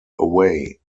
away